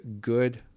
good